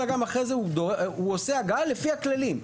אלא גם אחרי זה הוא עושה הגהה לפי הכללים,